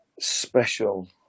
special